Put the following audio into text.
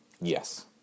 Yes